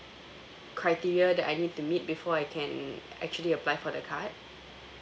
criteria that I need to meet before I can actually apply for the card